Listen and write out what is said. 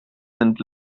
sind